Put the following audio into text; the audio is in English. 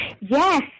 Yes